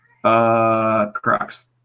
Crocs